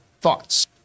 thoughts